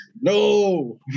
No